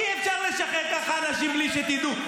אי-אפשר לשחרר ככה אנשים בלי שתדעו.